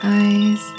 eyes